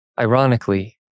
Ironically